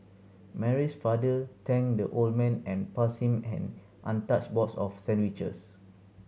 Mary's father thanked the old man and passed him an untouched box of sandwiches